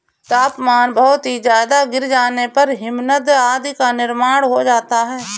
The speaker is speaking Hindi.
तापमान बहुत ही ज्यादा गिर जाने पर हिमनद आदि का निर्माण हो जाता है